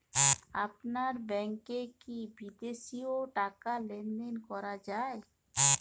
আপনার ব্যাংকে কী বিদেশিও টাকা লেনদেন করা যায়?